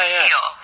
feel